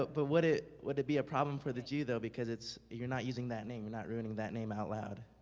but but would it would it be a problem for the jew, though, because you're not using that name, you're not ruining that name out loud.